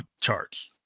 charts